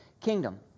kingdom